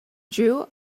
drew